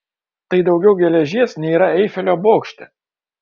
tai daugiau geležies nei yra eifelio bokšte